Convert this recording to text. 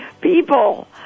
people